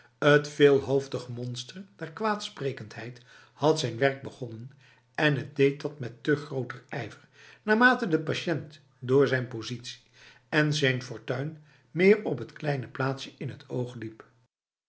het veelhoofdig monster der kwaadsprekendheid had zijn werk begonnen en het deed dat met te groter ijver naarmate de patiënt door zijn positie en zijn fortuin meer op t kleine plaatsje in het oog liep